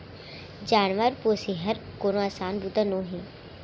जानवर पोसे हर कोनो असान बूता नोहे